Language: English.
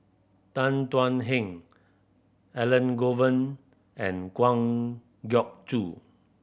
Tan Thuan Heng Elangovan and Kwa Geok Choo